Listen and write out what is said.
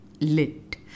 Lit